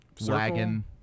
wagon